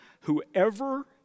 whoever